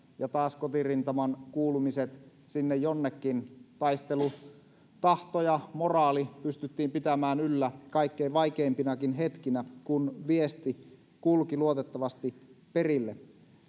ja taas kotirintaman kuulumiset sinne jonnekin taistelutahto ja moraali pystyttiin pitämään yllä kaikkein vaikeimpinakin hetkinä kun viesti kulki luotettavasti perille